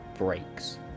Breaks